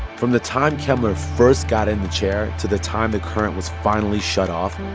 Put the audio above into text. from the time kemmler first got in the chair to the time the current was finally shut off,